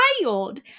child